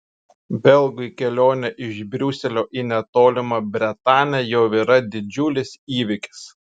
belgui kelionė iš briuselio į netolimą bretanę jau yra didžiulis įvykis